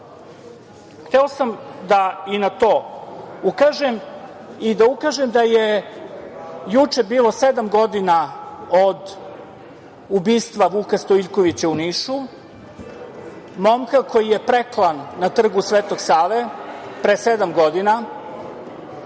to ukažem i da ukažem da je juče bilo sedam godina od ubistva Vuka Stojiljkovića u Nišu, momka koji je preklan na Trgu Svetog Save. Ubistvo koje